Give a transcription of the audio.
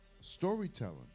storytelling